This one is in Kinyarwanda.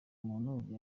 umuntu